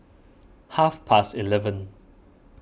half past eleven